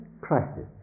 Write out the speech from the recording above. crisis